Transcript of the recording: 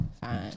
fine